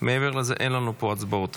מעבר לזה אין לנו פה הצבעות,